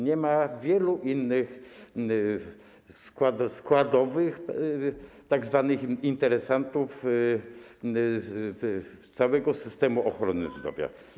Nie ma wielu innych składowych, tzw. interesantów całego systemu ochrony zdrowia.